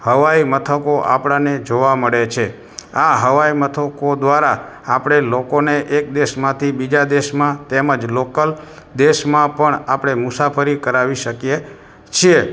હવાઇ મથકો આપણને જોવા મળે છે આ હવાઇ મથકો દ્વારા આપણે લોકોને એક દેશમાંથી બીજા દેશમાં તેમ જ લોકલ દેશમાં પણ આપણે મુસાફરી કરાવી શકીએ છીએ